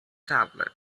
tablet